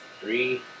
three